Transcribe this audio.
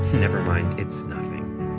never mind, it's nothing.